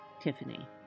Tiffany